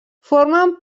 formen